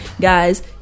guys